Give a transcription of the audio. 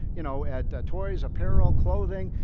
you know at the toys, apparel, clothing,